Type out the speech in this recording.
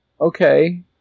okay